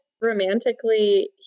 romantically